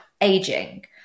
aging